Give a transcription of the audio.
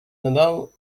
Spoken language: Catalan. nadal